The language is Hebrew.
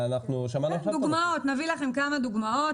שמענו עכשיו --- נביא לכם כמה דוגמאות